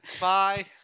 Bye